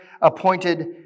appointed